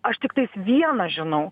aš tiktais viena žinau